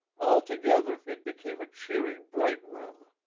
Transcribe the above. alto gether it became a cheery bright room.